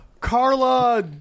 Carla